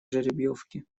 жеребьевки